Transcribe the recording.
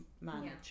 manage